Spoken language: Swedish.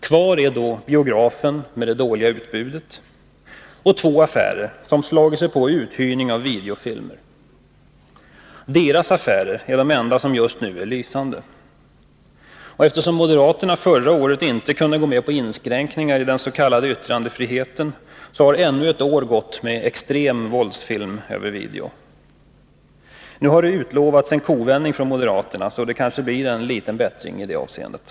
Kvar är då biografen med det dåliga utbudet och två affärer som slagit sig på uthyrning av videofilmer. Deras affärer är de enda som just nu är lysande. Och eftersom moderaterna förra året inte kunde gå med på inskränkningar i dens.k. yttrandefriheten, har ännu ett år gått då extrem våldsfilm har visats på video. Nu har det utlovats en kovändning från moderaterna, så det kanske blir en liten bättring i det avseendet.